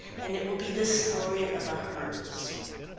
and it will be the story of a hurt soul.